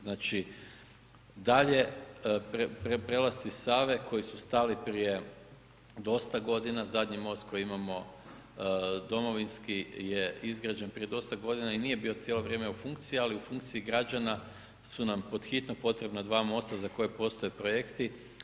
Znači dalje prelasci Save koji su stali prije dosta godina, zadnji most koji imamo, Domovinski je izgrađen prije dosta godina i nije bio cijelo vrijeme u funkciji, ali u funkciji građana su nam pod hitno potrebna 2 mosta za koje postoje projekti.